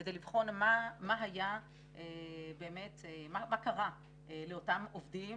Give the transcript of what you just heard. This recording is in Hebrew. כדי לבחון מה קרה לאותם עובדים,